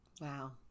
wow